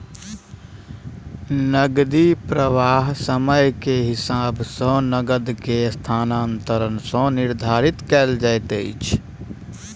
नकदी प्रवाह समय के हिसाब सॅ नकद के स्थानांतरण सॅ निर्धारित कयल जाइत अछि